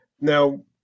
Now